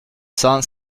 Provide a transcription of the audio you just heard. cent